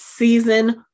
season